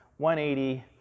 180